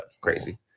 crazy